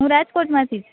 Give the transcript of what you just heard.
હું રાજકોટ માથીજ